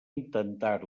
intentar